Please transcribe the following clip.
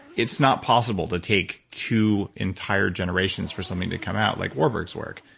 it's not possible to take two entire generations for something to come out like warburg's work.